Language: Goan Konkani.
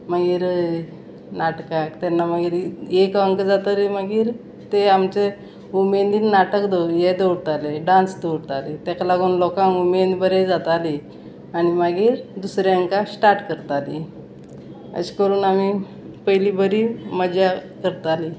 मागीर नाटकाक तेन्ना मागीर एक अंक जातरी मागीर ते आमचे उमेदीन नाटक हे दवरताले डांस दवरताले तेका लागून लोकांक उमेद बरें जाताली आनी मागीर दुसऱ्या हांकां स्टार्ट करताली अशें करून आमी पयलीं बरी मजा करतालीं